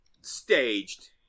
staged